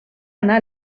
anar